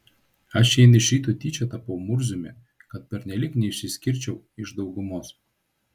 aš šiandien iš ryto tyčia tapau murziumi kad pernelyg neišsiskirčiau iš daugumos